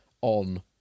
on